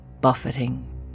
buffeting